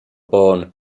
born